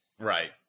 Right